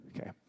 Okay